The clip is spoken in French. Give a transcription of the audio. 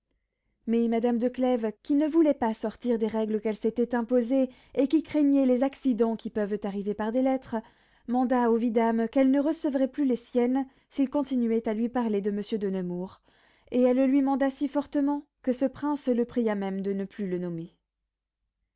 mais madame de clèves qui ne voulait pas sortir des règles qu'elle s'était imposées et qui craignait les accidents qui peuvent arriver par les lettres manda au vidame qu'elle ne recevrait plus les siennes s'il continuait à lui parler de monsieur de nemours et elle lui manda si fortement que ce prince le pria même de ne le plus nommer